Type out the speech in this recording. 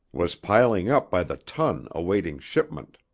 was piling up by the ton awaiting shipment.